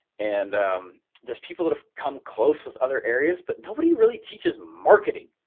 and there's people that've come close with other areas, but nobody really teaches marketing.